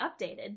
updated